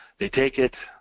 they take it,